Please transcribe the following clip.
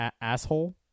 Asshole